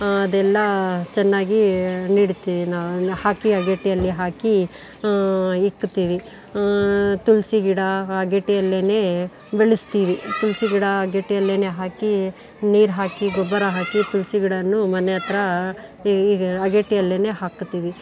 ಅದೆಲ್ಲ ಚೆನ್ನಾಗಿ ನೆಡ್ತೀವಿ ನಾವು ಹಾಕಿ ಅಗೇಡಿಯಲ್ಲಿ ಹಾಕಿ ಇಕ್ಕತೀವಿ ತುಳಸಿ ಗಿಡ ಅಗೇಡಿಯಲ್ಲೇನೇ ಬೆಳೆಸ್ತೀವಿ ತುಳಸಿ ಗಿಡ ಅಗೇಡಿಯಲ್ಲೇನೇ ಹಾಕಿ ನೀರು ಹಾಕಿ ಗೊಬ್ಬರ ಹಾಕಿ ತುಳಸಿ ಗಿಡಾನು ಮನೆ ಹತ್ತಿರ ಹೀಗೆ ಅಗೇಡಿಯಲ್ಲೇನೇ ಹಾಕುತ್ತೇವೆ